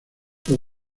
los